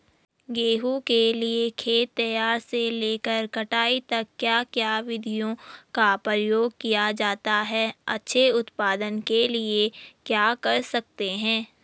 गेहूँ के लिए खेत तैयार से लेकर कटाई तक क्या क्या विधियों का प्रयोग किया जाता है अच्छे उत्पादन के लिए क्या कर सकते हैं?